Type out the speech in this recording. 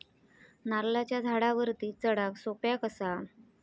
नारळाच्या झाडावरती चडाक सोप्या कसा?